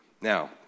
Now